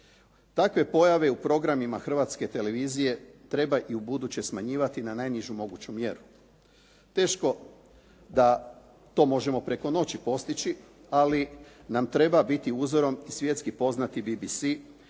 Takve pojave u programima Hrvatske televizije treba i ubuduće smanjivati na najnižu moguću mjeru. Teško da to možemo preko noći postići ali nam treba biti uzorom i svjetski poznato BBC